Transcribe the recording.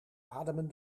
ademen